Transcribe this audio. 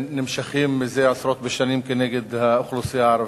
שנמשכים זה עשרות בשנים נגד האוכלוסייה הערבית,